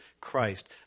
Christ